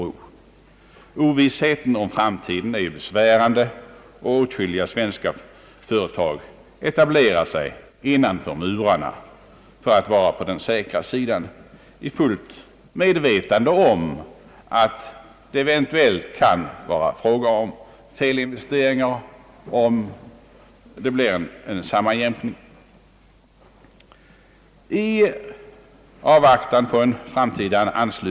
Ovissheten inför framtiden är besvärande, och åtskilliga svenska företag etablerar sig innanför murarna för att vara på den säkra sidan, i fullt medvetande om att det eventuellt kan vara fråga om felinvesteringar om en sammanslagning sker.